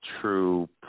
true